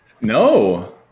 No